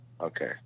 Okay